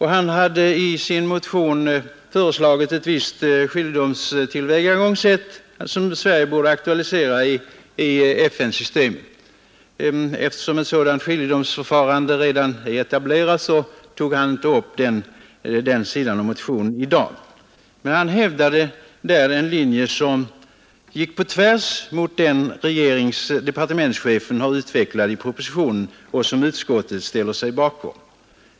Han har i sin motion föreslagit ett tillvägagångssätt med skiljedom, som Sverige borde aktualisera i FN-systemet. Eftersom ett sådant skiljedomsförfarande redan är etablerat tog herr Björck inte upp den sidan av motionen i dag, men han hävdar där en linje som går tvärs emot den som departementschefen har utvecklat i propositionen och som utskottet har ställt sig bakom.